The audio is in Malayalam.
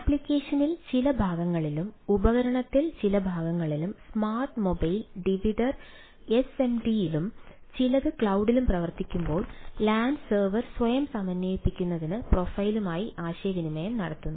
അപ്ലിക്കേഷനിൽ ചില ഭാഗങ്ങളിലും ഉപകരണത്തിൽ ചില ഭാഗങ്ങളിലും സ്മാർട്ട് മൊബൈൽ ഡിവിഡർ എസ്എംഡിയിലും ചിലത് ക്ലൌഡിലും പ്രവർത്തിക്കുമ്പോൾ ലാൻ സെർവർ സ്വയം സമന്വയിപ്പിക്കുന്നതിന് പ്രൊഫൈലുമായി ആശയവിനിമയം നടത്തുന്നു